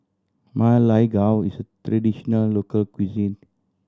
Ma Lai Gao is a traditional local cuisine